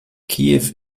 kiew